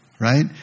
right